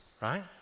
right